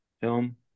film